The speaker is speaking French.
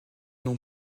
non